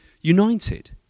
united